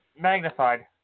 magnified